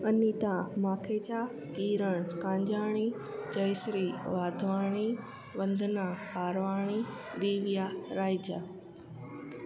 Anita Makhija Kiran Kanjhani Jai Shri Wadhwani Vandana Parwani Diya Raheja